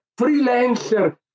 freelancer